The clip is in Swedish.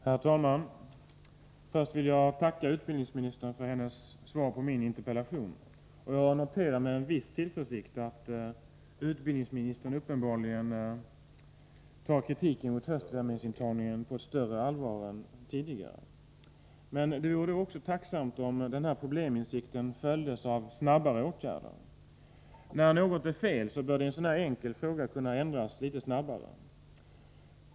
Herr talman! Först vill jag tacka utbildningsministern för hennes svar på min interpellation. Jag noterar med en viss tillförsikt att utbildningsministern uppenbarligen tar kritiken mot höstterminsintagningen på större allvar än tidigare. Det vore dock tacksamt om denna probleminsikt följdes av snabbare åtgärder. När något är fel bör det i en sådan här enkel fråga kunna ändras litet snabbare.